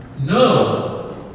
No